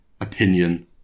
opinion